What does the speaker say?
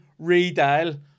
redial